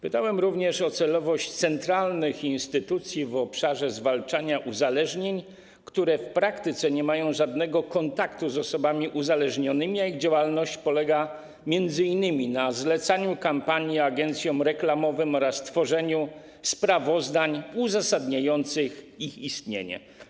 Pytałem również o celowość centralnych instytucji w obszarze zwalczania uzależnień, które w praktyce nie mają żadnego kontaktu z osobami uzależnionymi, a ich działalność polega m.in. na zlecaniu kampanii agencjom reklamowym oraz opracowywaniu sprawozdań uzasadniających ich istnienie.